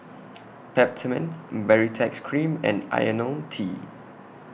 Peptamen Baritex Cream and Ionil T